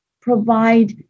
provide